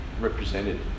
represented